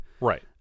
Right